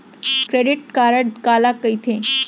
Credit card काला कहिथे?